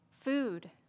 food